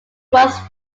was